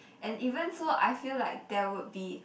and even so I feel like there would be